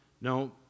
no